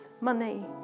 money